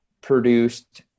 produced